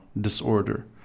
disorder